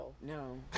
no